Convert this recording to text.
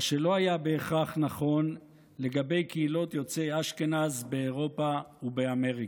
מה שלא היה בהכרח נכון לגבי קהילות יוצאי אשכנז באירופה ובאמריקה.